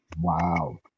Wow